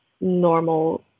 normal